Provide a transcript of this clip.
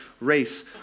race